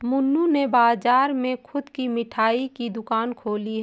मन्नू ने बाजार में खुद की मिठाई की दुकान खोली है